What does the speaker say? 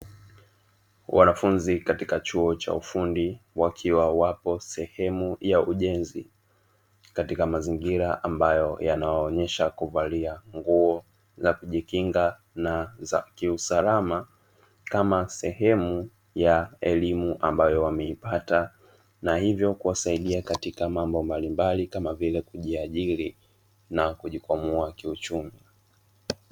Wanafunzi katika chuo cha ufundi wakiwa wapo katika sehemu ya ujenzi, katika mazingira, ambayo yanawaonyesha kuvalia nguo na kujikinga kiusalama kama sehemu ya elimu ambayo wameipata na hivyo kusaidia katika mambo mbalimbali kama vile kujiajiri na kujikwamua kiuchumi.